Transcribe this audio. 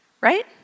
right